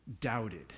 Doubted